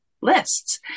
lists